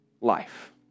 life